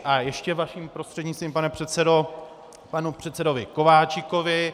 A ještě vaším prostřednictvím, pane předsedo, k panu předsedovi Kováčikovi.